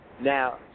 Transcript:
Now